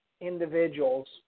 individuals